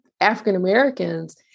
African-Americans